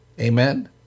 Amen